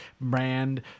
brand